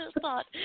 thought